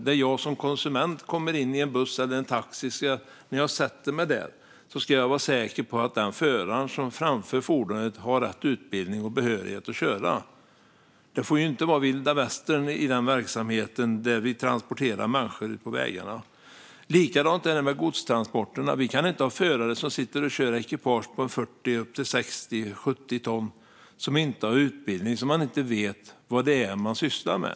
När jag som konsument sätter mig i en buss eller taxi ska jag vara säker på att föraren som framför fordonet har rätt utbildning och behörighet att köra. Det får inte vara vilda västern i den verksamhet där människor transporteras på vägarna. Likadant är det med godstransporterna. Vi kan inte ha förare som sitter och kör ekipage på 40-70 ton som inte har utbildning, som inte vet vad de sysslar med.